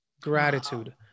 Gratitude